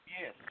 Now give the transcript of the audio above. Yes